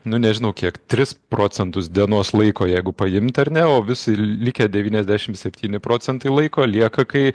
nu nežinau kiek tris procentus dienos laiko jeigu paimti ar ne visi likę devyniasdešimt septyni procentai laiko lieka kai